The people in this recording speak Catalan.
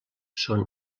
són